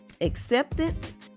acceptance